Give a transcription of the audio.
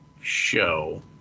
show